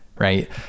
Right